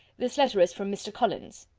this letter is from mr. collins.